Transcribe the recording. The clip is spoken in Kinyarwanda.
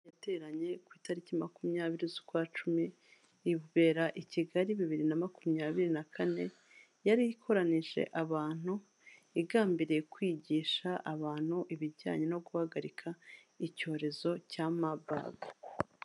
Yateranye ku itariki makumyabiri z'ukwacumi ibera i Kigali bibiri na makumyabiri na kane, yari ikoranyije abantu igambiriye kwigisha abantu ibijyanye no guhagarika icyorezo cya mabaga.